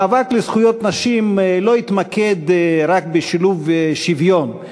המאבק לזכויות נשים לא התמקד בשילוב ובשוויון,